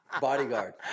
Bodyguard